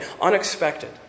unexpected